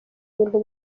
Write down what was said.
ibintu